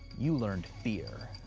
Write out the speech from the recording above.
you learned fear.